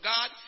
God